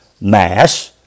Mass